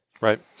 Right